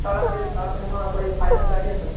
સાડા તેર સાડા તેરમાં આપણે ફાઇનલ કરીએ સર